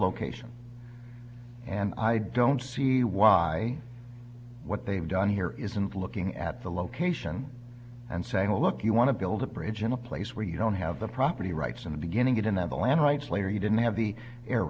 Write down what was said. location and i don't see why what they've done here isn't looking at the location and saying oh look you want to build a bridge in a place where you don't have the property rights in the beginning it and then the land rights later you didn't have the air